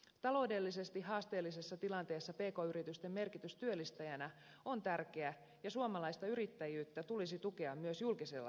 taloudellisesti haasteellisessa tilanteessa pk yritysten merkitys työllistäjänä on tärkeä ja suomalaista yrittäjyyttä tulisi tukea myös julkisella sektorilla